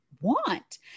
want